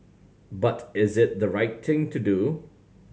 but is it the right thing to do